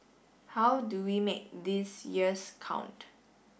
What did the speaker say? how do we make these years count